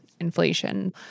inflation